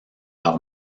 leur